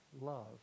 love